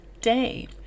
day